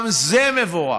גם זה מבורך.